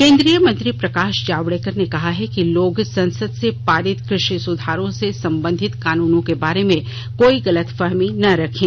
केन्द्रीय मंत्री प्रकाश जावडेकर ने कहा है कि लोग संसद से पारित कृषि सुधारों से संबंधित कानूनों के बारे में कोई गलतफहमी न रखें